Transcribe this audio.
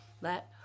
Let